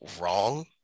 wrong